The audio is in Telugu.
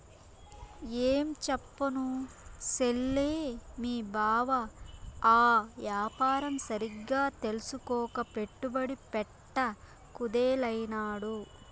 ఏంచెప్పను సెల్లే, మీ బావ ఆ యాపారం సరిగ్గా తెల్సుకోక పెట్టుబడి పెట్ట కుదేలైనాడు